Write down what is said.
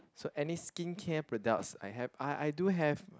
so any skin care products I have I I do have